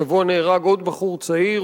השבוע נהרג עוד בחור צעיר,